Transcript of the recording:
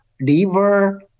liver